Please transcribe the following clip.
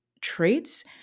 traits